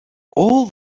all